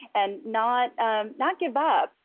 and not not give up.